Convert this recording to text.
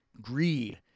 Greed